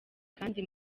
kandi